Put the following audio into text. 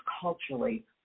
culturally